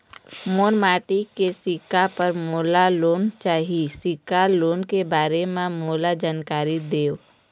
मोर बेटी के सिक्छा पर मोला लोन चाही सिक्छा लोन के बारे म मोला जानकारी देव?